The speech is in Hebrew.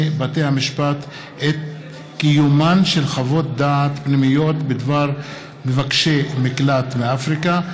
בתי-המשפט את קיומן של חוות דעת פנימיות בדבר מבקשי מקלט מאפריקה.